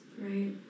right